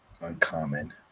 Uncommon